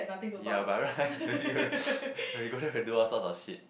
ya but right when we go there we do all sorts of shit